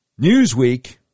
Newsweek